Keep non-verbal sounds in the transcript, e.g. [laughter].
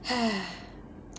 [noise]